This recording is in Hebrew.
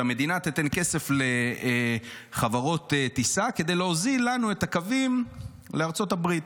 שהמדינה תיתן כסף לחברות טיסה כדי להוזיל לנו את הקווים לארצות הברית.